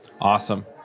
Awesome